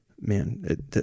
man